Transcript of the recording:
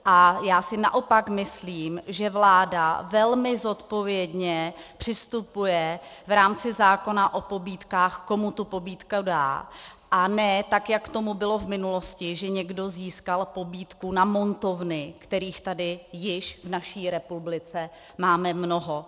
A já si naopak myslím, že vláda velmi zodpovědně přistupuje v rámci zákona o pobídkách, komu tu pobídku dá a ne, tak jak tomu bylo v minulosti, že někdo získal pobídku na montovny, kterých tady již v naší republice máme mnoho.